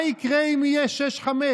מה יקרה אם יהיה 5:6?